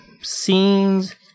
scenes